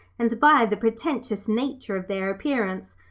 and, by the pretentious nature of their appearance,